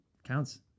Counts